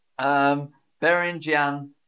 Berenjian